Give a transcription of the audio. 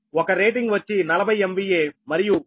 ఒక రేటింగ్ వచ్చి 40 MVA మరియు Xm1 0